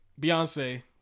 Beyonce